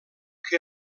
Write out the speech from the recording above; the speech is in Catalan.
que